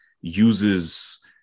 uses